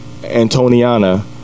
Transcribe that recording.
Antoniana